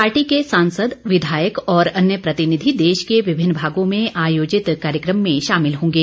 party के सांसद विधायक और अन्य प्रतिनिधि देश के विभिन्न भागों में आयोजित कार्यक्रम में शामिल होंगे